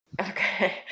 Okay